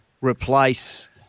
replace